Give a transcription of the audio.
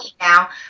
now